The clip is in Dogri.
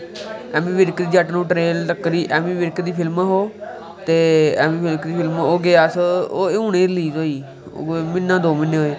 जट्ट नू चढ़ेल टक्करी ऐमी बिर्क दी फिल्म ही ओह् ऐमी बिर्क दी ओह् फिल्म हून गै रलीज़ होई म्हीना दो म्हीनें होए